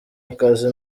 akazi